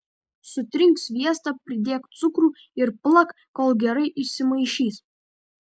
sutrink sviestą pridėk cukrų ir plak kol gerai išsimaišys